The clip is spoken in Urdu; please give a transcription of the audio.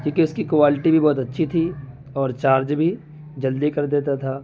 کیونکہ اس کی کوالٹی بھی بہت اچّھی تھی اور چارج بھی جلدی کردیتا تھا